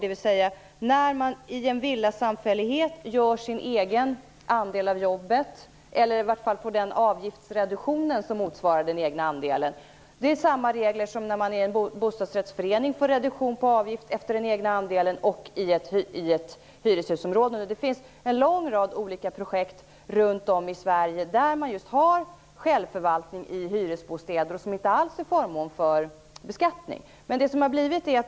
Det är samma regler om man i en villasamfällighet får en avgiftsreduktion som motsvarar den egna andelen av jobbet som om man i en bostadsrättsförening eller i ett hyrehusområde får en avgiftsreduktion motsvarande den egna andelen av jobbet. Det finns en lång rad olika projekt runt om i Sverige som innebär att man just har självförvaltning i hyresbostäder, och det är inte alls förmån för beskattning.